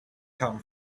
come